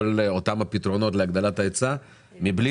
על כל אותם פתרונות להגדלת ההיצע מבלי